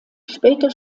später